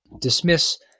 dismiss